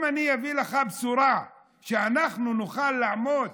אם אני אביא לך בשורה שאנחנו נוכל לעמוד